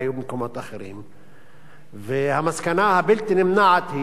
המסקנה הבלתי-נמנעת היא שיש כאן אוזלת-יד של המשטרה.